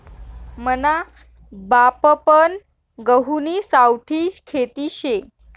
मना बापपन गहुनी सावठी खेती शे